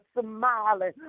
smiling